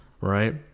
Right